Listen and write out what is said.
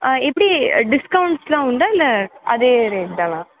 எப்படி டிஸ்கௌண்ட்ஸெல்லாம் உண்டா இல்லை அதே ரேட் தானா